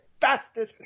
bastard